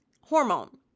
hormone